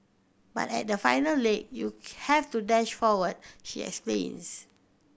but at the final leg you have to dash forward she